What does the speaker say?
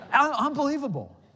unbelievable